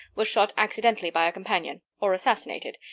was shot accidentally by a companion, or assassinated,